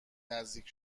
نزدیک